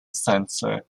censor